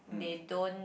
they don't